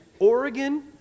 Oregon